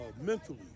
mentally